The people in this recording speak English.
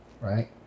right